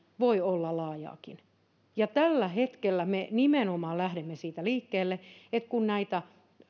voi olla laajaakin tällä hetkellä me lähdemme nimenomaan siitä liikkeelle että kun näitä